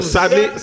Sadly